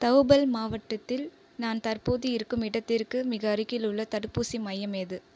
தவுபல் மாவட்டத்தில் நான் தற்போது இருக்கும் இடத்திற்கு மிக அருகிலுள்ள தடுப்பூசி மையம் எது